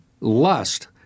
lust